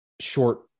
short